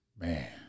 Man